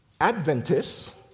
Adventists